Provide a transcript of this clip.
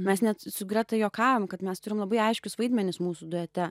mes net su greta juokaujam kad mes turim labai aiškius vaidmenis mūsų duete